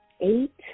Eight